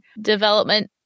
development